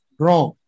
wrong